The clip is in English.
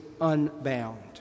unbound